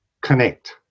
connect